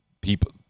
People